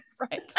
Right